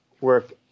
work